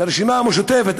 ברשימה המשותפת,